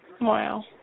Wow